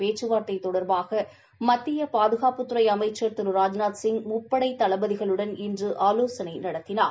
பேச்சுவார்த்தை தொடர்பாக மத்திய பாதுகாப்புத்துறை அமைச்சர் திரு ராஜ்நாத்சிய் முப்படை தளபதிகளுடன் இன்று ஆலோசனை நடத்தினார்